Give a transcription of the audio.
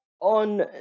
On